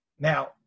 Now